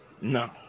No